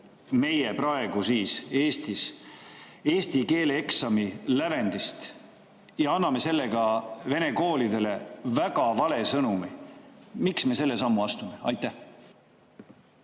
me loobume Eestis eesti keele eksami lävendist ja anname sellega vene koolidele väga vale sõnumi. Miks me selle sammu astume? Aitäh!